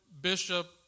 Bishop